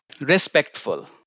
Respectful